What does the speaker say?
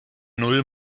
null